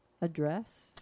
address